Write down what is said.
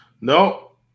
No